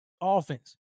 offense